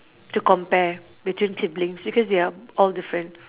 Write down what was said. to compare between siblings because they are all different